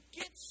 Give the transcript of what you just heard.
get